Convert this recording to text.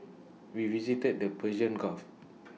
we visited the Persian gulf